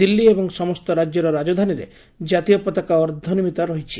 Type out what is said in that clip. ଦିଲ୍ଲୀ ଏବଂ ସମସ୍ତ ରାଜ୍ୟର ରାଜଧାନୀରେ କାତୀୟ ପତାକା ଅର୍ଦ୍ଧନମିତ ରହିଛି